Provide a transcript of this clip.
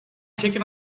ticket